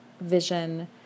vision